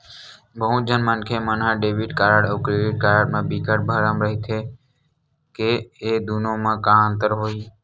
बहुत झन मनखे मन ह डेबिट कारड अउ क्रेडिट कारड म बिकट भरम रहिथे के ए दुनो म का अंतर होही?